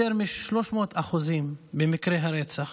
מ-300% במקרי הרצח.